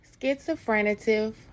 Schizophrenative